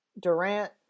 Durant